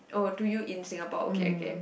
oh to you in Singapore okay okay